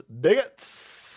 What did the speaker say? Bigots